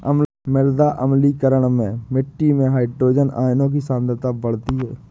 मृदा अम्लीकरण में मिट्टी में हाइड्रोजन आयनों की सांद्रता बढ़ती है